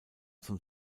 zum